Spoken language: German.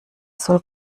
soll